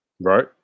right